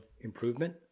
improvement